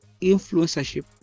influencership